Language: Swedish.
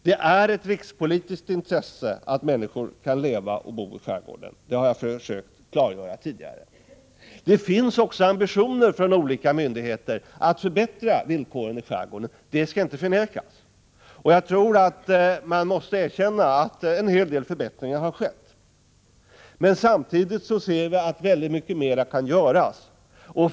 Det är ett rikspolitiskt intresse att människor kan leva och bo i skärgården — det har jag försökt klargöra tidigare. Det finns också ambitioner hos olika myndigheter att förbättra villkoren i skärgården — det skall inte förnekas. Vi måste även erkänna att en hel del förbättringar har skett. Men samtidigt ser vi att mycket mer kan göras.